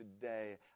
today